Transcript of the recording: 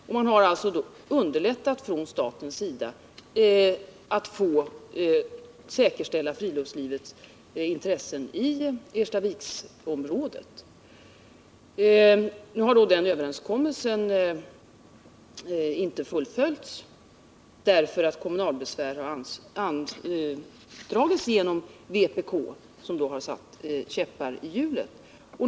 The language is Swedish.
Därigenom har alltså möjligheterna underlättats för staten att säkerställa friluftslivets intressen i Erstaviksområdet. Nu har den överenskommelsen emellertid inte fullföljts på grund av att kommunalbesvär anförts av en medlem av vänsterpartiet kommunisterna, som därmed har satt käppar i hjulet för fullföljandet.